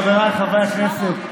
חבריי חברי הכנסת,